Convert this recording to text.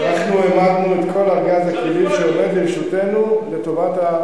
אנחנו העמדנו את כל ארגז הכלים שעומד לרשותנו לטובת,